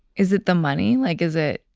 is it the money? like is it.